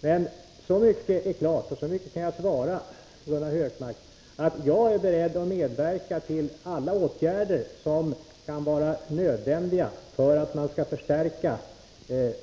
Men så mycket är klart och så mycket kan jag svara Gunnar Hökmark, att jag är beredd att medverka till alla åtgärder som kan vara nödvändiga för att man skall förstärka